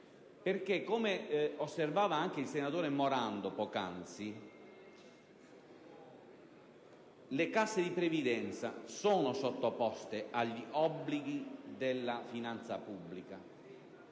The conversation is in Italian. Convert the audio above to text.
Come osservava anche il senatore Morando poc'anzi, le casse di previdenza sono sottoposte agli obblighi della finanza pubblica,